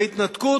בהתנתקות,